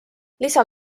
lisa